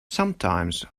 sometimes